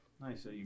nice